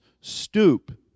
stoop